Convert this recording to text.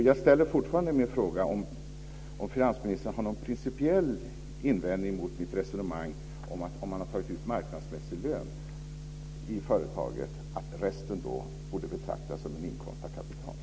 Jag ställer fortfarande min fråga om finansministern har någon principiell invändning mot mitt resonemang om att om man har tagit ut en marknadsmässig lön i företaget borde resten betraktas som en inkomst av kapital.